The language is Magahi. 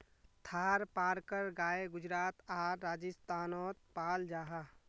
थारपारकर गाय गुजरात आर राजस्थानोत पाल जाहा